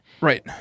Right